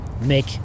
make